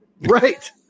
Right